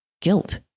guilt